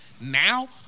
Now